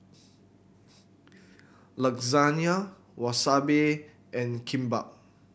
Lasagna Wasabi and Kimbap